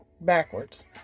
backwards